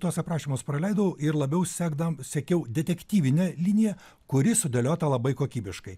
tuos aprašymus praleidau ir labiau sekdamsekiau detektyvinę liniją kuri sudėliota labai kokybiškai